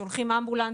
שולחים אמבולנס,